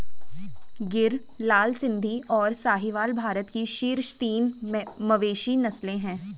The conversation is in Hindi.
गिर, लाल सिंधी, और साहीवाल भारत की शीर्ष तीन मवेशी नस्लें हैं